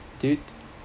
do you